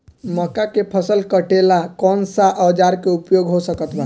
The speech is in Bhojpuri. मक्का के फसल कटेला कौन सा औजार के उपयोग हो सकत बा?